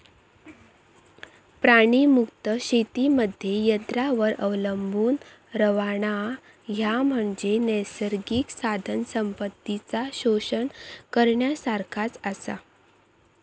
प्राणीमुक्त शेतीमध्ये यंत्रांवर अवलंबून रव्हणा, ह्या म्हणजे नैसर्गिक साधनसंपत्तीचा शोषण करण्यासारखाच आसा